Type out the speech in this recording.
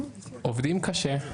עובדים קשה,